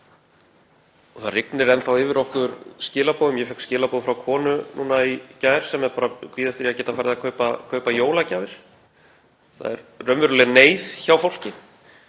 Það rignir yfir okkur skilaboðum. Ég fékk skilaboð frá konu núna í gær sem er bara að bíða eftir að geta farið að kaupa jólagjafir. Það er raunveruleg neyð hjá fólki,